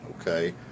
okay